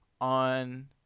on